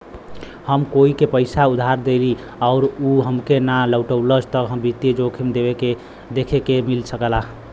हम कोई के पइसा उधार देली आउर उ हमके ना लउटावला त वित्तीय जोखिम देखे के मिल सकला